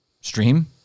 stream